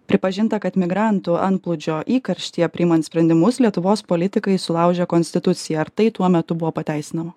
pripažinta kad migrantų antplūdžio įkarštyje priimant sprendimus lietuvos politikai sulaužė konstituciją ar tai tuo metu buvo pateisinama